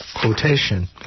quotation